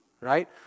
right